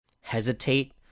hesitate